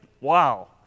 Wow